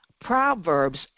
Proverbs